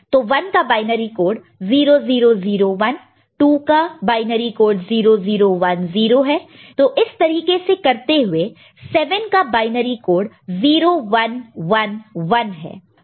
तो 1 का binary code 0 0 0 1 है 2 का बायनरी कोड 0 0 1 0 है तो इस तरीके से करते हुए 7 का बायनरी कोड 0 1 1 1 है